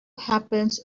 happens